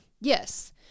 Yes